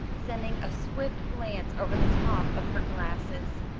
sending a swift glance over the top of her glasses.